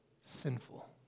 sinful